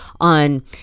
on